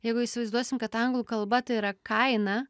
jeigu įsivaizduosim kad anglų kalba tai yra kaina